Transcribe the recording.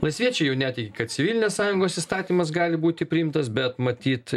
laisviečiai jau netiki kad civilinės sąjungos įstatymas gali būti priimtas bet matyt